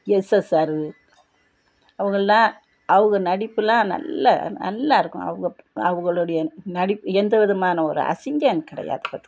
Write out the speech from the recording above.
SSR அவங்கெள்லாம் அவக நடிப்பெல்லாம் நல்ல நல்லா இருக்கும் அவக அவகளுடைய நடிப்பு எந்த விதமான ஒரு அசிங்கம் கிடையாது பார்த்துக்கோங்க